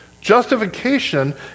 Justification